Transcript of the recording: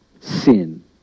sin